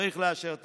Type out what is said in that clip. צריך לאשר תקציב.